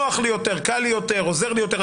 נוח לי יותר, קל לי יותר, עוזר לי יותר.